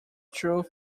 truth